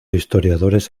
historiadores